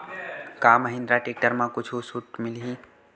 का महिंद्रा टेक्टर म कुछु छुट मिलही?